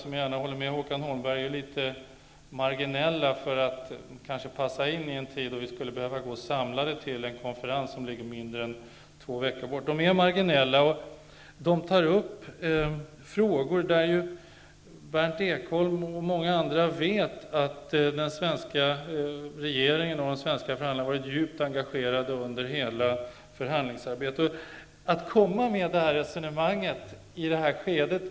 Jag håller gärna med Håkan Holmberg om att de kanske är litet för marginella för att passa in i en tid då vi skulle behöva gå samlade till en konferens som ligger mindre än två veckor fram i tiden. Det gäller marginella frågor, och Berndt Ekholm och många andra vet att den svenska regeringen och de svenska förhandlarna har varit djupt engagerade under hela förhandlingsarbetet. Det är närmast litet udda att komma med ett sådant resonemang i det här skedet.